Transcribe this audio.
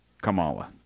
Kamala